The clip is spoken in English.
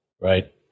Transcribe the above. Right